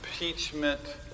impeachment